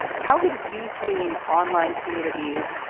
how had you seen online communities,